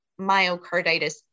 myocarditis